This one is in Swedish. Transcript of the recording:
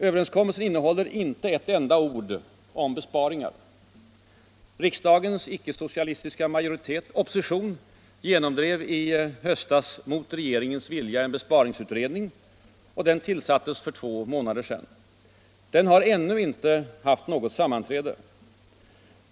Överenskommelsen innehåller inte ett enda ord om besparingar. Riksdagens icke-socialistiska opposition genomdrev i höstas mot regeringens vilja en besparingsutredning. Den tillsattes för två månader sedan. Den har ännu inte börjat arbeta.